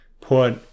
put